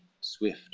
swift